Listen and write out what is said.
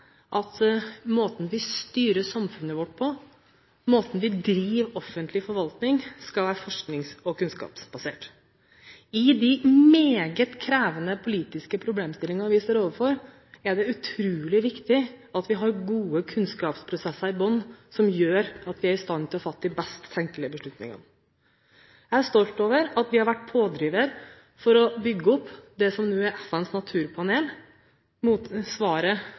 at måten vi styrer samfunnet vårt på, måten vi driver offentlig forvaltning, skal være forsknings- og kunnskapsbasert. I de meget krevende politiske problemstillingene vi står overfor, er det utrolig viktig at vi har gode kunnskapsprosesser i bunnen, som gjør at vi er i stand til å fatte de best tenkelige beslutningene. Jeg er stolt over at vi har vært pådrivere for å bygge opp det som nå er FNs naturpanel,